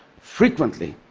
frequently.